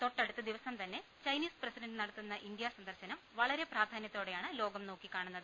തൊട്ടടുത്ത ദിവസം തന്നെ ചൈനീസ് പ്രസിഡണ്ട് നടത്തുന്ന ഇന്ത്യാ സന്ദർശനം വളരെ പ്രാധാന്യത്തോടെയാണ് ലോകം നോക്കി കാണുന്നത്